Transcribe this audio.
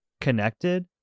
connected